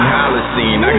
Holocene